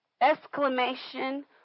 exclamation